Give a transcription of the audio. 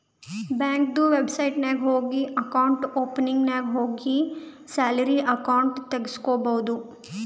ಬ್ಯಾಂಕ್ದು ವೆಬ್ಸೈಟ್ ನಾಗ್ ಹೋಗಿ ಅಕೌಂಟ್ ಓಪನಿಂಗ್ ನಾಗ್ ಹೋಗಿ ಸ್ಯಾಲರಿ ಅಕೌಂಟ್ ತೆಗುಸ್ಕೊಬೋದು